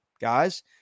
Guys